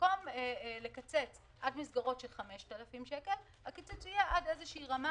שבמקום לקצץ עד מסגרות של 5,000 שקל הקיצוץ יהיה עד איזו רמה